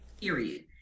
period